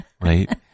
Right